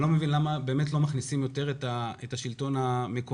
אני לא מבין למה לא מכניסים יותר את השלטון המקומי